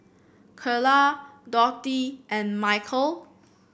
Karla Dorthey and Michal